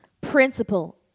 principle